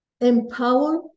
empower